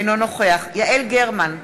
אינו נוכח יעל גרמן,